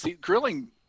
grilling